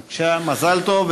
בבקשה, מזל טוב.